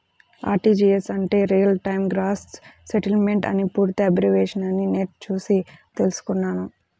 RTGS అంటే real time gross settlement అని పూర్తి అబ్రివేషన్ అని నెట్ చూసి తెల్సుకున్నాను